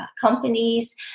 companies